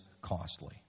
costly